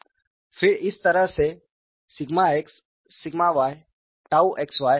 फिर इस तरह से x y xy मिलता है